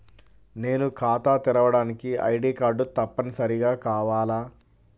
నేను ఖాతా తెరవడానికి ఐ.డీ కార్డు తప్పనిసారిగా కావాలా?